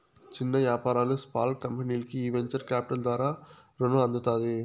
చిన్న యాపారాలు, స్పాల్ కంపెనీల్కి ఈ వెంచర్ కాపిటల్ ద్వారా రునం అందుతాది